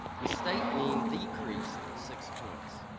the state mean decreased six points.